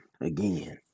again